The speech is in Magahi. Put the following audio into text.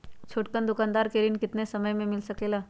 छोटकन दुकानदार के ऋण कितने समय मे मिल सकेला?